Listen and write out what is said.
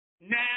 now